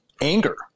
anger